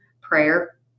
Prayer